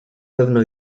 pewno